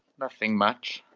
nothing much,